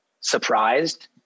Surprised